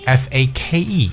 fake